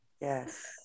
Yes